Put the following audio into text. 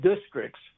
districts